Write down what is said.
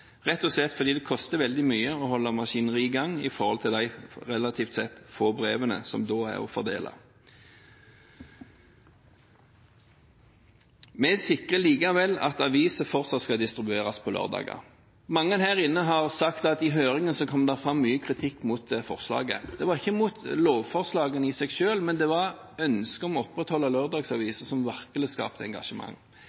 rett og slett fordi det koster veldig mye å holde maskineriet i gang i forhold til de relativt sett få brevene som da er å fordele. Vi sikrer likevel at aviser fortsatt skal distribueres på lørdager. Mange her har sagt at det kom fram mye kritikk mot forlaget i høringen. Det var ikke mot lovforslaget i seg selv, men det var ønsket om å opprettholde lørdagsaviser som virkelig skapte engasjement.